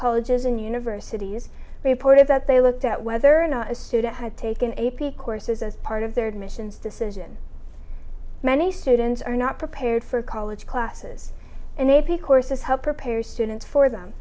colleges and universities reported that they looked at whether or not a student had taken a p courses as part of their admissions decision many students are not prepared for college classes and a p courses help prepare students for them